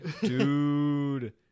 Dude